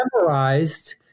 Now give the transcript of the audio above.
memorized